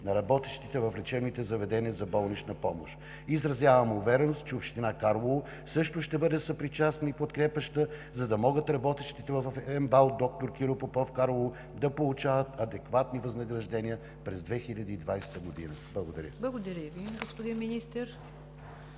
на работещите в лечебните заведения за болнична помощ. Изразявам увереност, че община Карлово също ще бъде съпричастна и подкрепяща, за да могат работещите в МБАЛ „Д-р Киро Попов“ – Карлово, да получават адекватни възнаграждения през 2020 г. Благодаря.